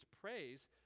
praise